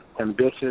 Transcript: ambitious